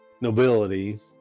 nobility